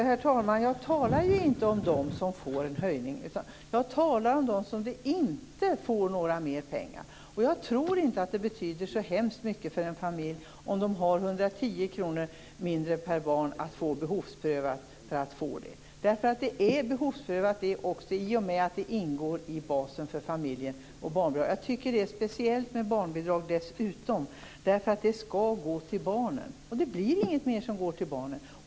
Herr talman! Jag talar inte om dem som får en höjning utan om dem som inte får mer pengar. Jag tror inte att det betyder så särskilt mycket för en familj att behovsprövas om den får 110 kr mindre per barn. Det är behovsprövat också i och med att barnbidraget ingår i basen för familjen. Jag tycker dessutom att barnbidraget är speciellt därför att det skall gå till barnen. Det är inget mer som går till barnen.